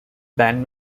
band